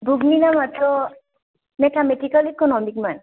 बुकनि नामाथ' mathematical economic मोन